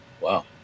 Wow